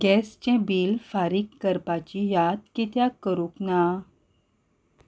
गॅसचें bill फारीक करपाची याद कित्याक करूंक ना